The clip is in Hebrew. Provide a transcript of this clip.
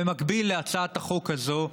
במקביל להצעת החוק הזאת,